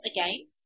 again